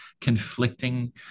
conflicting